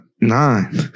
Nine